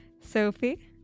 Sophie